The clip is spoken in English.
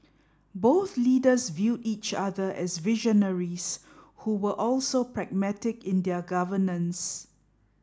both leaders viewed each other as visionaries who were also pragmatic in their governance